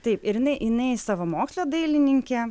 taip ir inai inai savamokslė dailininkė